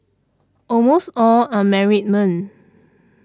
almost all are married men